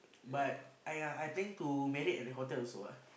but !aiya! I planning to married at a hotel also ah